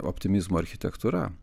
optimizmo architektūra